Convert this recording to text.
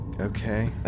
okay